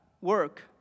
work